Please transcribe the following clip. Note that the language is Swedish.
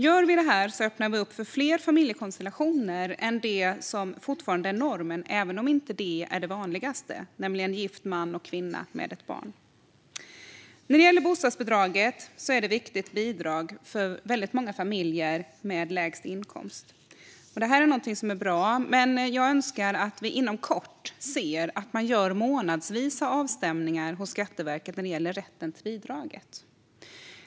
Gör vi det öppnar vi för fler familjekonstellationer än den som fortfarande är normen även om den inte är den vanligaste, nämligen gift man och kvinna med ett barn. Bostadsbidraget är ett viktigt bidrag för väldigt många familjer med lägst inkomst. Det är någonting som är bra. Men jag önskar att vi inom kort ser att man gör månadsvisa avstämningar hos Skatteverket när det gäller rätten till bidraget.